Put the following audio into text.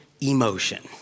emotion